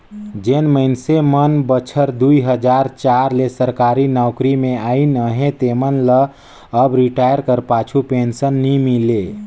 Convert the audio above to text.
जेन मइनसे मन बछर दुई हजार चार ले सरकारी नउकरी में अइन अहें तेमन ल अब रिटायर कर पाछू पेंसन नी मिले